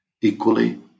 Equally